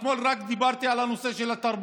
ורק אתמול דיברתי על הנושא של התרבות,